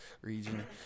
region